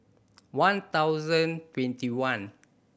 one thousand twenty one